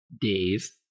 days